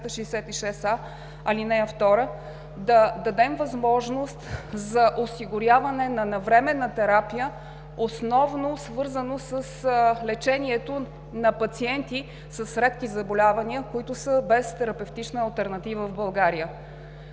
266а, ал. 2, да дадем възможност за осигуряване на навременна терапия, свързана основно с лечението на пациенти с редки заболявания, които са без терапевтична алтернатива в България.